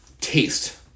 taste